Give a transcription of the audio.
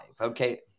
Okay